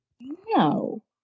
No